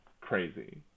crazy